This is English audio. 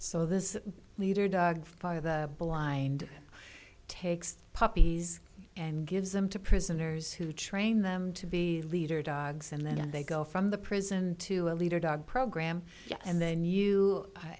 so this leader dog for the blind takes puppies and gives them to prisoners who train them to be leader dogs and then they go from the prison to a leader dog program and then you